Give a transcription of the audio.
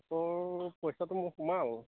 গোটৰ পইচাটো মোৰ সোমাল